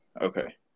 Okay